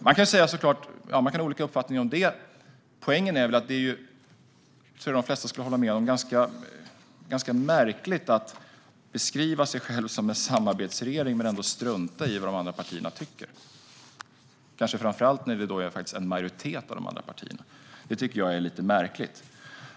Man kan såklart säga att man kan ha olika uppfattningar om det. Poängen är, och det tror jag att de flesta skulle hålla med om, att det är ganska märkligt att beskriva sig själv som en samarbetsregering men ändå strunta i vad de andra partierna tycker, framför allt när det handlar om en majoritet av de andra partierna. Det tycker jag är lite märkligt.